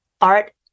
art